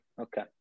Okay